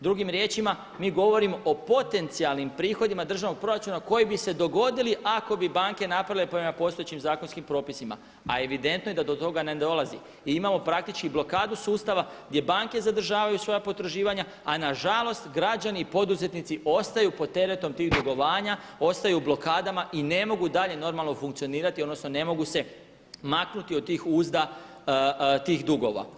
Drugim riječima mi govorimo o potencijalnim prihodima državnog proračuna koji bi se dogodili ako bi banke napravile prema postojećim zakonskim propisima a evidentno je da do toga ne dolazi i imamo praktički blokadu sustava gdje banke zadržavaju svoja potraživanja a nažalost građani i poduzetnici ostaju pod teretom tih dugovanja, ostaju u blokadama i ne mogu dalje normalno funkcionirati, odnosno ne mogu se maknuti od tih uzda, tih dugova.